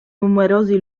numerosi